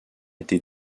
été